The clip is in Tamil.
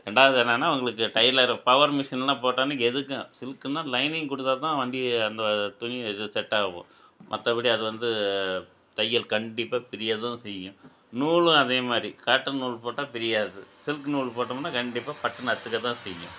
ரெண்டாவது என்னென்னா உங்களுக்கு டைலரு பவர் மிஷின்லாம் போட்டோன்னா எதுக்கும் சில்குன்னால் லைனிங் கொடுத்தா தான் வண்டி அந்த துணி இது செட்டாகும் மற்றபடி அது வந்து தையல் கண்டிப்பாக பிரிய தான் செய்யும் நூலும் அதே மாதிரி காட்டன் நூல் போட்டால் பிரியாது சில்க்கு நூல் போட்டமுன்னால் கண்டிப்பாக பட்டுன்னு அறுத்துக்க தான் செய்யும்